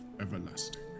everlasting